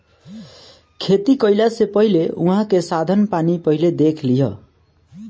खेती कईला से पहिले उहाँ के साधन पानी पहिले देख लिहअ